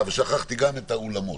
ושכחתי גם את האולמות.